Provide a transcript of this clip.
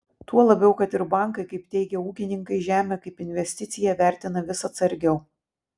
tuo labiau kad ir bankai kaip teigia ūkininkai žemę kaip investiciją vertina vis atsargiau